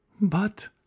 But